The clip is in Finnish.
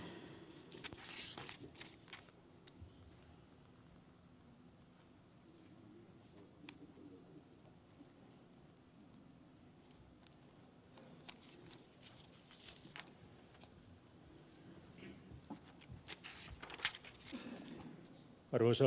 arvoisa puhemies